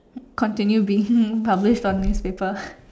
continue being published on newspaper